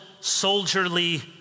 soldierly